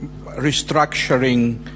restructuring